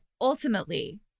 ultimately